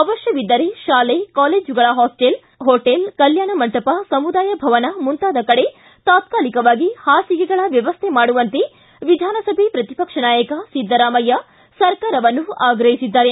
ಅವಶ್ಯವಿದ್ದರೆ ಶಾಲೆ ಕಾಲೇಜುಗಳ hostel hotel ಕಲ್ಕಾಣ ಮಂಟಪ ಸಮುದಾಯ ಭವನ ಮುಂತಾದ ಕಡೆ ತಾತ್ಕಾಲಿಕವಾಗಿ ಹಾಸಿಗೆಗಳ ವ್ಯವಸ್ಥೆ ಮಾಡುವಂತೆ ವಿಧಾನಸಭೆ ಪ್ರತಿಪಕ್ಷ ನಾಯಕ ಸಿದ್ದರಾಮಯ್ಯ ಸರ್ಕಾರವನ್ನು ಆಗ್ರಹಿಸಿದ್ದಾರೆ